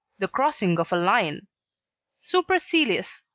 the crossing of a line supercilious,